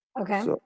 Okay